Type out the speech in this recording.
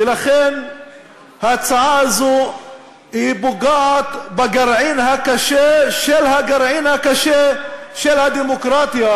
ולכן ההצעה הזו פוגעת בגרעין הקשה של הגרעין הקשה של הדמוקרטיה,